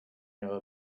know